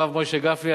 הרב משה גפני,